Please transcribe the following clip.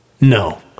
No